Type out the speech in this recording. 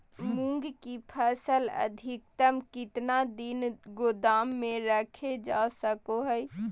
मूंग की फसल अधिकतम कितना दिन गोदाम में रखे जा सको हय?